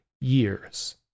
years